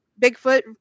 Bigfoot